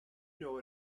know